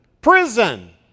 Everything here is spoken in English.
Prison